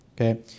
Okay